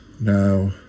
Now